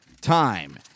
time